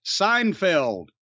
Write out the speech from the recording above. seinfeld